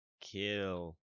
kill